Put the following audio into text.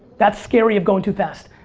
that's scary of going too fast.